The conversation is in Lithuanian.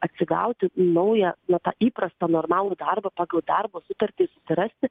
atsigauti naują na tą įprastą normalų darbą pagal darbo sutartis rasti